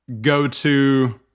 go-to